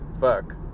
Fuck